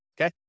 okay